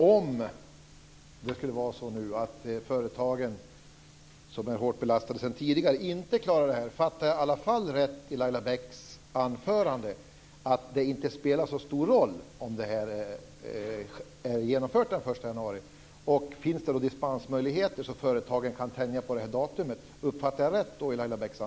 Fru talman! Om det skulle vara så att företagen som är hårt belastade sedan tidigare inte klarar det här, uppfattar jag rätt Laila Bäcks anförande, att det inte spelar så stor roll om det här är genomfört den 1 januari? Finns det några dispensmöjligheter så att företagen kan tänja på datumet? Uppfattade jag Laila